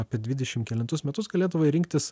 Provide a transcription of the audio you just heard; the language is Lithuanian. apie dvidešimt kelintus metus galėdavai rinktis